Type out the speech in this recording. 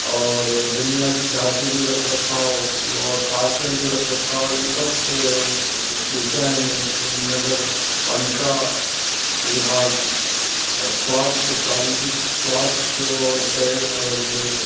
और बुनियाद जी धाती जो रख रखाव और पार्कनि जो रख रखाव ईअं सभु ॾिसंदा आहिनि नगर पालिका विभाग और स्वास्थ्य सार्वजनिक स्वास्थ्य जो और सही और